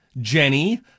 Jenny